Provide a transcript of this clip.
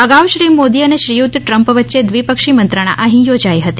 અગાઉ શ્રી મોદી અને શ્રીયુત ટ્રમ્પ વચ્ચે દ્વિપક્ષી મંત્રણા અહી યોજાઇ હતી